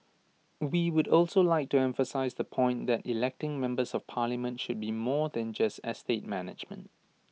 we would also like to emphasise the point that electing members of parliament should be more than just estate management